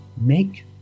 make